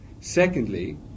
Secondly